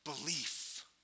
belief